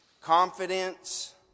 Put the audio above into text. Confidence